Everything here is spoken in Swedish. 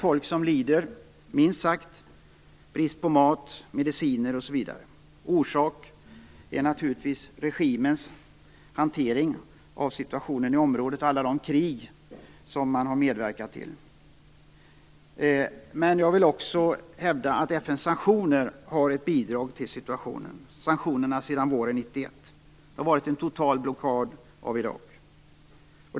Folket där lider, minst sagt, brist på mat, mediciner osv. Orsaken är naturligtvis regimens hantering av situationen i området och alla de krig man har medverkat till. Men jag vill också hävda att FN:s sanktioner har bidragit till situationen. Sanktionerna har gällt sedan våren 1991. Det har varit en total blockad av Irak.